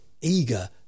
eager